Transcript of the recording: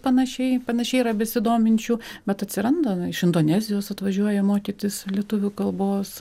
panašiai panašiai yra besidominčių bet atsiranda iš indonezijos atvažiuoja mokytis lietuvių kalbos